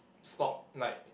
stop like